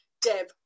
Deb